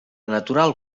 natural